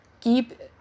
keep